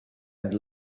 and